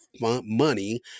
money